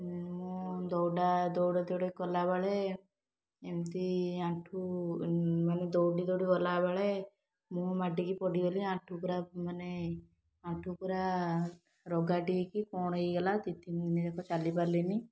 ମୁଁ ଦୌଡ଼ାଦୌଡ଼ ଦୌଡ଼ି କଲାବେଳେ ଏମତି ଆଣ୍ଠୁ ମାନେ ଦୌଡ଼ି ଦୌଡ଼ି ଗଲାବେଳେ ମୁହଁ ମାଡ଼ିକି ପଡ଼ିଗଲି ଆଣ୍ଠୁ ପୂରା ମାନେ ଆଣ୍ଠୁ ପୂରା ରଗାଡ଼ି ହେଇକି କଣ ହୋଇଗଲା ଦୁଇ ତିନି ଦିନ ଯାକ ଚାଲିପାରିଲିନି